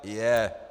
Je.